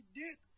dick